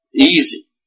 easy